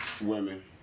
Women